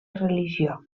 religió